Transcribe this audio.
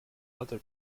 other